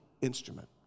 instrument